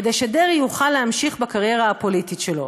כדי שדרעי יוכל להמשיך בקריירה הפוליטית שלו.